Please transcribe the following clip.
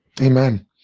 Amen